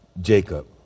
Jacob